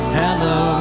hello